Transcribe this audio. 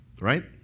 right